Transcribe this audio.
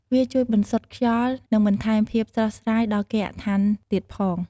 វាជួយបន្សុទ្ធខ្យល់ និងបន្ថែមភាពស្រស់ស្រាយដល់គេហដ្ឋានទៀតផង។